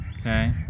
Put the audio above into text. okay